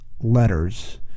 letters